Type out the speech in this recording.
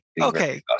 okay